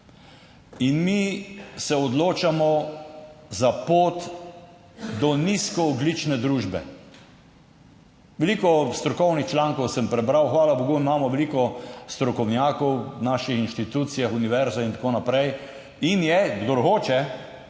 in mi se odločamo za pot do nizkoogljične družbe. Veliko strokovnih člankov sem prebral, hvala bogu imamo veliko strokovnjakov v naših inštitucijah, univerze in tako naprej in je, kdor hoče